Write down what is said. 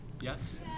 Yes